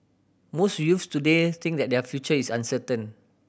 most youths today think that their future is uncertain